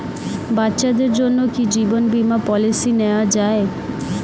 বাচ্চাদের জন্য কি জীবন বীমা পলিসি নেওয়া যায়?